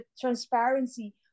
transparency